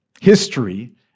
history